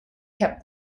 kept